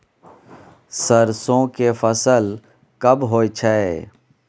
सरसो के फसल कब होय छै?